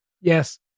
Yes